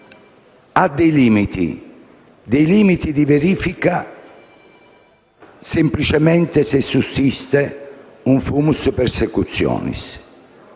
ha dei limiti, dei limiti di verificare semplicemente se sussiste un *fumus persecutionis*.